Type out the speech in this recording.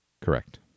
Correct